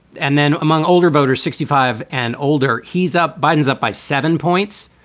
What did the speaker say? and then among older voters sixty five and older, he's up. biden's up by seven points.